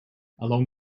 along